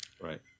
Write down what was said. right